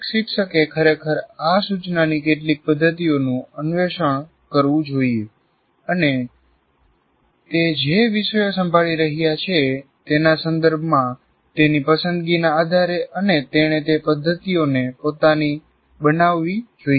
દરેક શિક્ષકે ખરેખર આ સૂચનાની કેટલીક પદ્ધતિઓનું અન્વેષણ કરવું જોઈએ અને તે જે વિષયો સંભાળી રહ્યા છે તેના સંદર્ભમાં તેની પસંદગીના આધારે અને તેણે તે પદ્ધતિઓને પોતાની બનાવવી જોઈએ